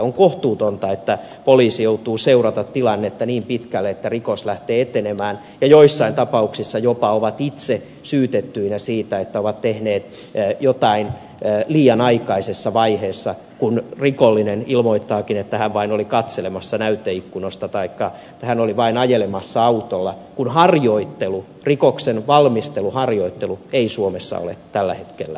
on kohtuutonta että poliisit joutuvat seuraamaan tilannetta niin pitkälle että rikos lähtee etenemään ja joissain tapauksissa jopa ovat itse syytettyinä siitä että ovat tehneet jotain liian aikaisessa vaiheessa kun rikollinen ilmoittaakin että hän vain oli katselemassa näyteikkunoita taikka että hän oli vain ajelemassa autolla kun rikoksen valmisteluharjoittelu ei suomessa ole tällä hetkellä kriminalisoitu